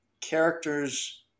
characters